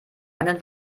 einen